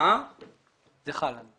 זה חל.